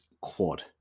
quad